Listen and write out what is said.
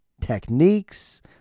techniques